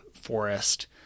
forest